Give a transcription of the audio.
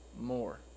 More